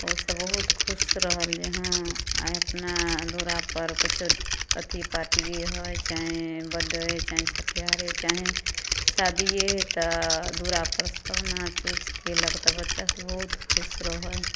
ओहो सब बहुत खुश रहल जे हँ आइ अपना दूरापर किच्छो अथी पाटिए हइ चाहे बर्थडे हइ चाहे छठिहारे चाहे शादिए हेतै तऽ दूरापर सब नाँच उच केलक तऽ बच्चा सब बहुत खुश रहै हइ